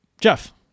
Jeff